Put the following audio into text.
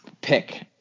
pick